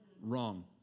Wrong